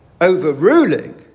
Overruling